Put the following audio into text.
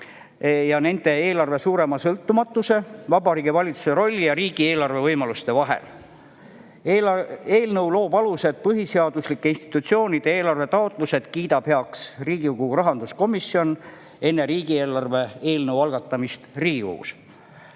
ja nende eelarve suurema sõltumatuse ning Vabariigi Valitsuse rolli ja riigieelarve võimaluste vahel. Eelnõu loob aluse, et põhiseaduslike institutsioonide eelarvetaotlused kiidab heaks Riigikogu rahanduskomisjon enne riigieelarve eelnõu algatamist Riigikogus.